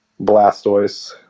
Blastoise